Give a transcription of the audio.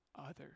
others